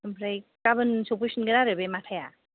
ओमफ्राय गाबोन सफैफिनगोन आरो बे माथाया